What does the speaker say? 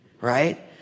right